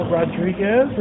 Rodriguez